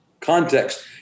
context